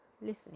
listening